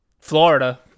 florida